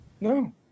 No